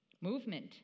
Movement